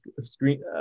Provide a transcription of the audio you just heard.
screen